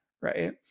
right